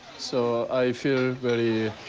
so i feel very